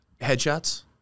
Headshots